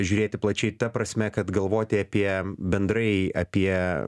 žiūrėti plačiai ta prasme kad galvoti apie bendrai apie